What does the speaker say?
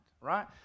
Right